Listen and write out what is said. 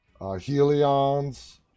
Helions